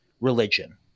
religion